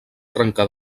trencar